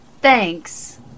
Thanks